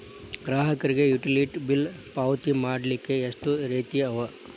ಗ್ರಾಹಕರಿಗೆ utility bill ಪಾವತಿ ಮಾಡ್ಲಿಕ್ಕೆ ಎಷ್ಟ ರೇತಿ ಅವ?